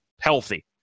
healthy